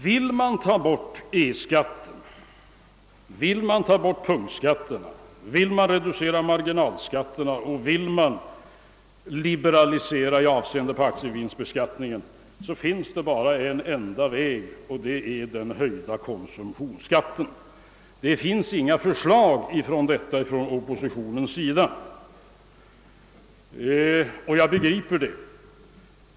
Vill man ta bort energiskatten, vill man ta bort punktskatterna, vill man reducera marginalskatterna och vill man liberalisera aktievinstbeskattningen, finns det bara en enda väg att gå, och det är att höja konsumtionsskatten som kompensation. Det föreligger inget förslag om detta från oppositionens sida, och jag begriper det.